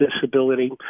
disability